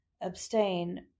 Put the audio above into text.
Abstain